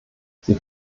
sie